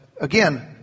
again